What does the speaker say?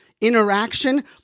interaction